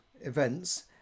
events